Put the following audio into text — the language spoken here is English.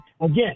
again